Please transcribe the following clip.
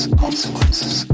consequences